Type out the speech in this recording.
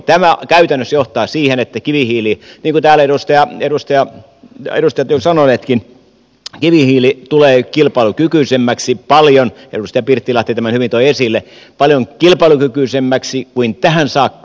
tämä käytännössä johtaa siihen että kivihiili niin kuin täällä edustajat ovat sanoneetkin tulee kilpailukykyisemmäksi edustaja pirttilahti tämän hyvin toi esille paljon kilpailukykyisemmäksi kuin tähän saakka